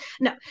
no